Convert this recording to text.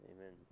amen